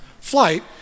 flight